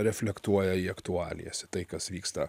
reflektuoja į aktualijas į tai kas vyksta